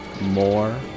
more